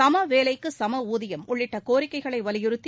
சம வேலைக்கு சம ஊதியம் உள்ளிட்ட கோரிக்கைகளை வலியுறுத்தி